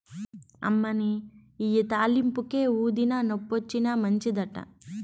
అమ్మనీ ఇయ్యి తాలింపుకే, ఊదినా, నొప్పొచ్చినా మంచిదట